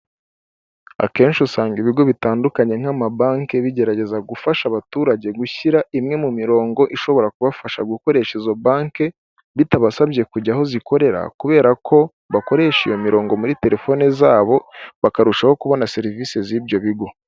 Akenshi usanga ibigo bitandukanye nk'amabanke bigerageza gufasha abaturage gushyira imwe mu mirongo ishobora kubafasha gukoresha izo banke bitabasabye kujya aho zikorera kubera ko bakoresha iyorongo muri telefoni zabo bakarushaho kubona serivise z'ibyo bigo.